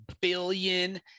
billion